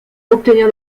obtenir